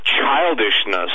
childishness